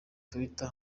twitter